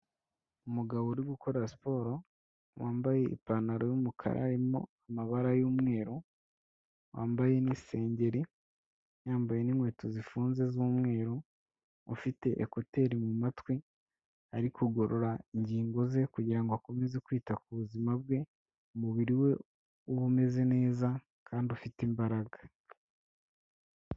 Umugabo uri gukora siporo wambaye ipantaro y'umukara arimo amabara y'umweru, wambaye n'isengeri yambaye n'inkweto zifunze z'umweru ufite ekuteri mu matwi, ari kugorora ingingo ze kugira ngo akomeze kwita ku buzima bwe, umubiri we ube umeze neza kandi ufite imbaraga.